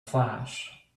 flash